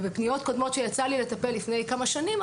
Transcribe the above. ובפניות קודמות שיצא לי לטפל לפני כמה שנים,